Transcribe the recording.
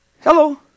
Hello